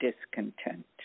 discontent